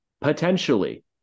Potentially